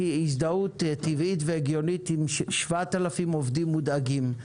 הזדהות טבעית והגיונית עם 7,000 עובדים מודאגים.